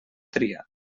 tria